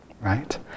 right